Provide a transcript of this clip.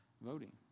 voting